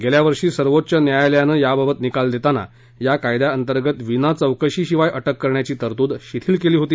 गेल्या वर्षी सर्वोच्च न्यायालयानं याबाबत निकाल देताना या कायद्याअंतर्गत विना चौकशीशिवाय अटक करण्याची तरतूद शिथिल केली होती